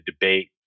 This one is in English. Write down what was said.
debate